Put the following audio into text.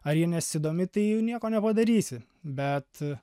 ar jie nesidomi tai jau nieko nepadarysi bet